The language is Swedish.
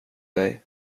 dig